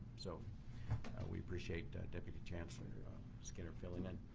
so we appreciate chancellor skinnier filling it.